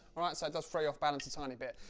alright, so it does throw you off-balance a tiny bit.